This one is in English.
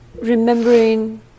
remembering